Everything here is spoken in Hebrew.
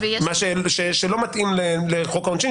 מה שלא מתאים לחוק העונשין,